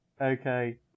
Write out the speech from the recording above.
Okay